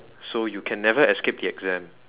so you can never escape the exam